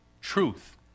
truth